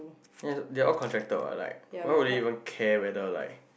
then is they all contracted what like why would you even care whether like